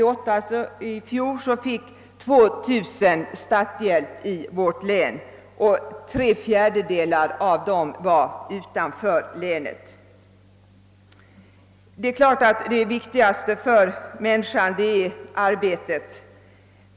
Det blir mer problem och mer arbete över hela linjen, för Det viktigaste för människan är självfallet arbetet.